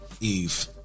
Eve